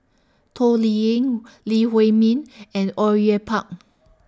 Toh Liying Lee Huei Min and Au Yue Pak